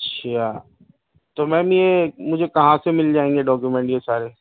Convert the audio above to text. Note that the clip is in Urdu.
اچھا تو میم یہ مجھے کہاں سے مل جائیں گے ڈاکیومینٹ یہ سارے